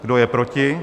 Kdo je proti?